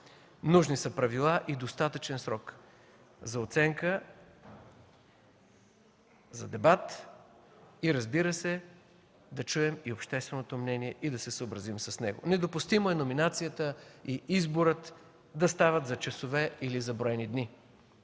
нужни са правила и достатъчен срок за оценка, за дебат и, разбира се, да чуем и общественото мнение и да се съобразим с него. Недопустимо е номинацията и изборът да стават за часове или за броени дни.